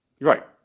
Right